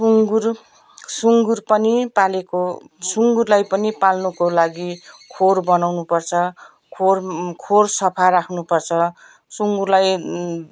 सुँगुर सुँगुर पनि पालेको सुँगुरलाई पनि पाल्नुको लागि खोर बनाउनु पर्छ खोर खोर सफा राख्नु पर्छ सुँगुरलाई